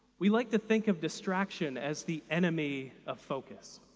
we like to think of distraction as the enemy of focus.